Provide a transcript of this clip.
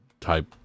type